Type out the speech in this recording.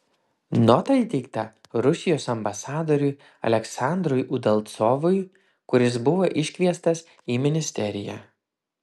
nota įteikta rusijos ambasadoriui aleksandrui udalcovui kuris buvo iškviestas į ministeriją